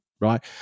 right